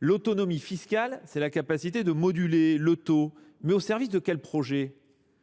L’autonomie fiscale, c’est la capacité de moduler le taux d’un impôt. Mais au service de quel projet ?